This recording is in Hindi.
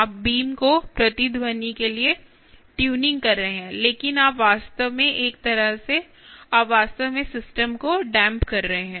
आप बीम को प्रतिध्वनि के लिए ट्यूनिंग कर रहे हैं लेकिन आप वास्तव में एक तरह से आप वास्तव में सिस्टम को डेम्प कर रहे हैं